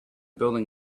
building